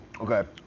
Okay